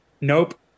Nope